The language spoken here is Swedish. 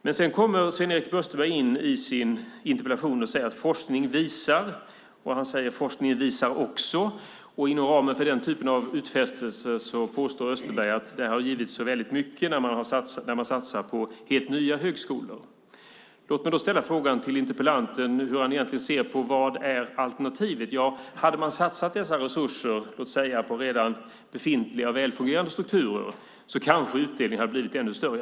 Men sedan kommer Sven-Erik Österberg i sin interpellation och säger att "forskning visar". Inom ramen för den typen av utfästelser påstår Österberg att det har getts så väldigt mycket när man satsar på helt nya högskolor. Låt mig då fråga interpellanten om vad alternativet är. Hade man satsat dessa resurser på redan befintliga och välfungerande strukturer kanske utdelningen hade blivit ännu större.